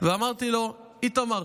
ואמרתי לו: איתמר,